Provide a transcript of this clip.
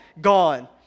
gone